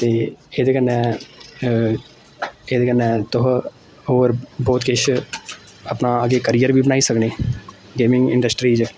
ते एह्दे कन्नै एह्दे कन्नै तुस होर बहुत किश अपना अग्गें कैरियर बी बनाई सकने गेमिंग इंडस्ट्री च